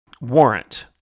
warrant